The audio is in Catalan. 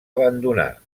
abandonar